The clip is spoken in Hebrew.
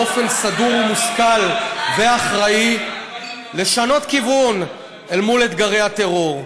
באופן סדור ומושכל ואחראי לשנות כיוון אל מול אתגרי הטרור: